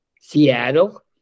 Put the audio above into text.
Seattle